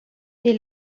dès